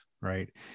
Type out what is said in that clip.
right